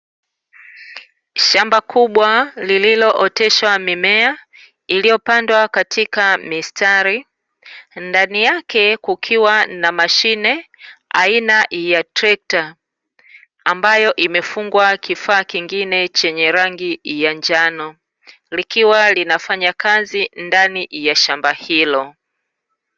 Shamba kubwa lililooteshwa mimea iliyopandwa katika mistari, ndani yake kukiwa na mashine aina ya trekta ambayo imefungwa kifaa kingine chenye rangi ya njano, likiwa linafanya kazi ndani ya shamba hilo.